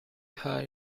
high